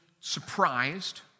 surprised